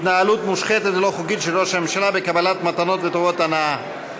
התנהלות מושחתת ולא חוקית של ראש הממשלה בקבלת מתנות וטובות הנאה.